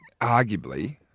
arguably